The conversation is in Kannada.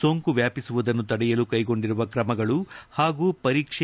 ಸೋಂಕು ವ್ಯಾಪಿಸುವುದನ್ನು ತಡೆಯಲು ಕೈಗೊಂಡಿರುವ ಕ್ರಮಗಳು ಹಾಗೂ ಪರೀಕ್ಷೆ